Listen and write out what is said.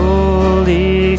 Holy